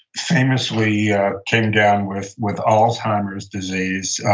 famously ah came down with with alzheimer's disease.